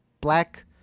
Black